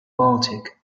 baltic